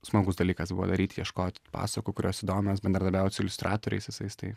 smagus dalykas buvo daryt ieškot pasakų kurios įdomios bendradarbiaut su iliustratoriais visais tai